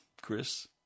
Chris